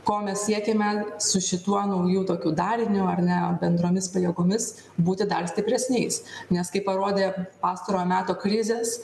ko mes siekiame su šituo nauju tokiu dariniu ar ne bendromis pajėgomis būti dar stipresniais nes kaip parodė pastarojo meto krizės